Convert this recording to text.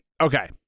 Okay